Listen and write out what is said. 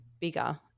bigger